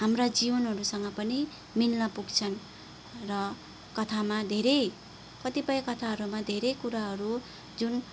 हाम्रा जीवनहरूसँग पनि मिल्न पुग्छन् र कथामा धेरै कतिपय कथाहरूमा धेरै कुराहरू जुन